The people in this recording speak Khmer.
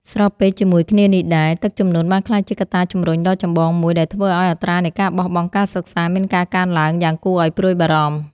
ស្របពេលជាមួយគ្នានេះដែរ ទឹកជំនន់បានក្លាយជាកត្តាជំរុញដ៏ចម្បងមួយដែលធ្វើឱ្យអត្រានៃការបោះបង់ការសិក្សាមានការកើនឡើងយ៉ាងគួរឱ្យព្រួយបារម្ភ។